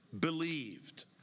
believed